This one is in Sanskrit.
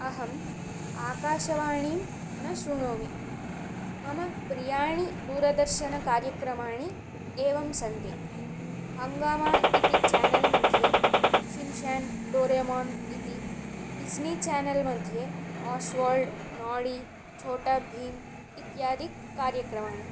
अहम् आकाशवाणीं न शृणोमि मम प्रियाणि दूरदर्शनकार्यक्रमाणि एवं सन्ति हङ्गामा इति चेनल् मध्ये षिन् चान् डोरेमान् इति डिस्नी चेनल् मध्ये आस्वाल्ड् नाडी छोटा भीम् इत्यादि कार्यक्रमाणि